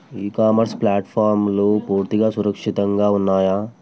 ఇ commerce ప్లాట్ఫారమ్లు పూర్తిగా సురక్షితంగా ఉన్నయా?